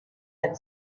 had